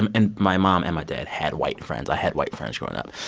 and and my mom and my dad had white friends. i had white friends growing up.